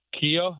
Kia